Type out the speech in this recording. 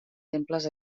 temples